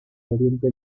oriente